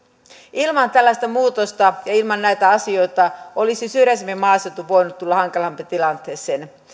ilman tällaista muutosta ja ilman näitä asioita olisi syrjäisempi maaseutu voinut tulla hankalampaan tilanteeseen